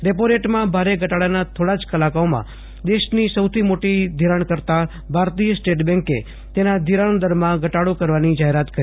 repo રેટમાં ભારે ઘટાડાના થોડા જ કલાકોમાં દેશની સૌથી મોટી ધીરાણકર્તા ભારતીય સ્ટેટ બેંકે તેના ધીરાણ દરમાં ક્ષપ બેઝીજ પોઈન્ટનો ઘટાડો કરવાની જાહેરાત કરી